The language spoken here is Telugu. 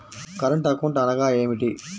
కరెంట్ అకౌంట్ అనగా ఏమిటి?